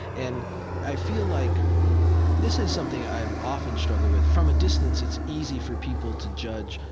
and i feel like this is something i have often struggled with. from a distance it's easy for people to judge,